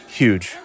huge